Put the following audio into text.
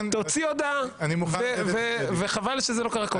תוציא הודעה, וחבל שזה לא קרה קודם.